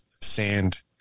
sand